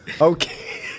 Okay